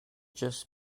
just